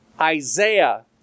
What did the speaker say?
Isaiah